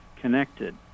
connected